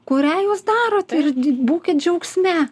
kurią jūs darot ir būkit džiaugsme